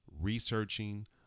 researching